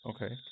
Okay